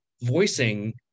voicing